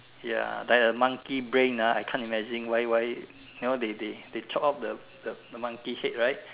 ya like a monkey brain ah I can't imagine why why now they they they chopped off the the monkey head right